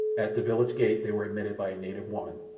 at the village gate they were admitted by a native woman,